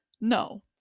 no